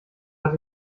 hat